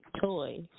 toys